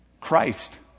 Christ